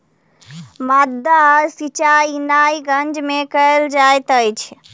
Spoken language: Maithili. माद्दा सिचाई नाइ गज में कयल जाइत अछि